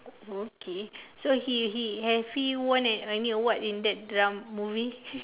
okay so he he have he won any awards in that dra~ movie